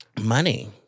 Money